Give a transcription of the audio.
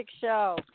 show